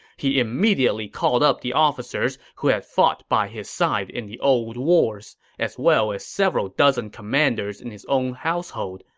he immediately called up the officers who had fought by his side in the old wars, as well as several dozen commanders in his own household,